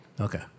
Okay